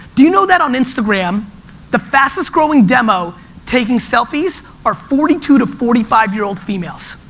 do you know that on instagram the fastest growing demo taking selfies are forty two to forty five year old females?